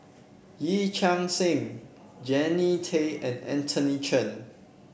Yee Chia Hsing Jannie Tay and Anthony Chen